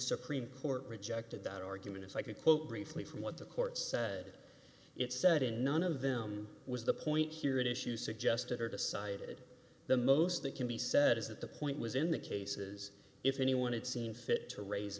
supreme court rejected that argument if i could quote briefly from what the court said it said in none of them was the point here it is you suggested or decided the most that can be said is that the point was in the cases if anyone had seen fit to raise